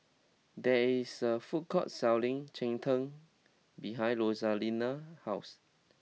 there is a food court selling Cheng Tng behind Rosalinda's house